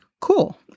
cool